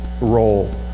role